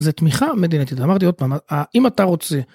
זה תמיכה מדינית אמרתי עוד פעם אם אתה רוצה.